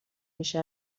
میشه